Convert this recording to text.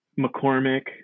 McCormick